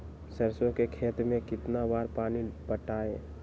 सरसों के खेत मे कितना बार पानी पटाये?